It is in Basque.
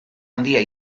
handia